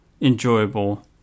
enjoyable